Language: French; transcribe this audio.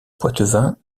poitevin